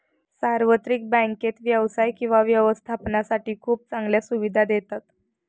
सार्वत्रिक बँकेत व्यवसाय किंवा व्यवस्थापनासाठी खूप चांगल्या सुविधा देतात